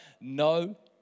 No